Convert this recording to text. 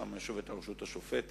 שם יושבת הרשות השופטת,